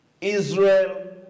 Israel